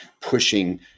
pushing